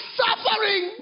suffering